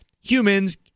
humans